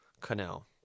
Canal